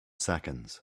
seconds